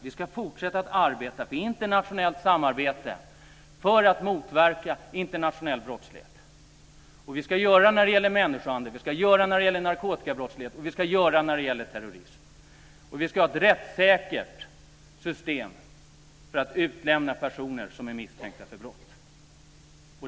Vi ska fortsätta att arbeta för internationellt samarbete för att motverka internationell brottslighet. Vi ska göra det när det gäller människohandel. Vi ska göra det när det gäller narkotikabrottslighet, och vi ska göra det när det gäller terrorism. Vi ska ha ett rättssäkert system för att utlämna personer som är misstänkta för brott.